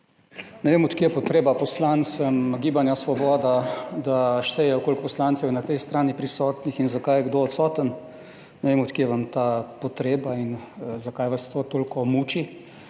Ne vem, od kje je potreba poslancem Gibanja Svoboda, da štejejo, koliko poslancev je na tej strani prisotnih in zakaj je kdo odsoten. Ne vem, od kje vam ta potreba in zakaj vas to toliko muči.